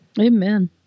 Amen